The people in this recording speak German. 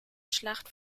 schlacht